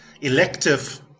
elective